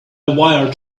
wired